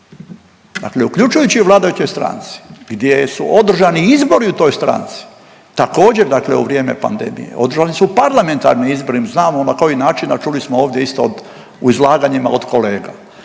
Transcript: Dakle uključujući i u vladajućoj stranci gdje su održani izbori u toj stranci, također dakle u vrijeme pandemije, održani su parlamentarni izbori mi znamo na koji način, a čuli smo ovdje isto u izlaganjima od kolega.